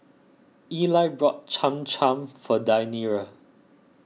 Eli bought Cham Cham for Deyanira